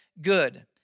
good